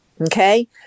okay